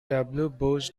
delivered